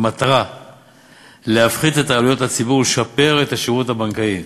במטרה להפחית את העלויות לציבור ולשפר את השירות הבנקאי.